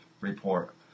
report